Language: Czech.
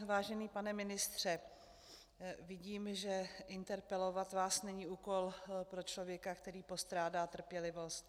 Vážený pane ministře, vidím, že interpelovat vás není úkol pro člověka, který postrádá trpělivost.